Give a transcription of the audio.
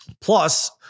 Plus